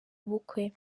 ubukwe